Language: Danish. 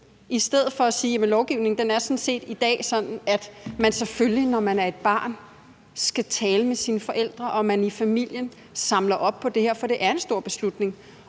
i stedet for at sige, at lovgivningen sådan set i dag er sådan, at man, når man er et barn, selvfølgelig skal tale med sine forældre, og at man i familien samler op på det her. For det er en stor beslutning.